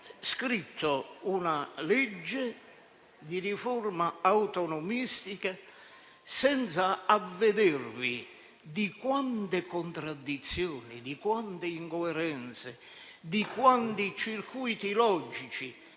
scritto una legge di riforma autonomistica senza avvedervi di quante contraddizioni, incoerenze e catene di circuiti logici